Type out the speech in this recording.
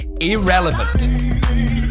irrelevant